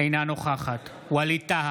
אינה נוכחת ווליד טאהא,